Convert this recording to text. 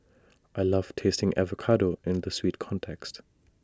I love tasting avocado in the sweet context